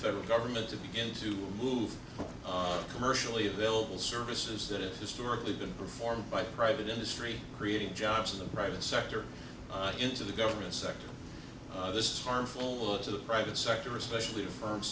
federal government to begin to remove commercially available services that have historically been performed by private industries creating jobs in the private sector into the government sector this is harmful to the private sector especially to firms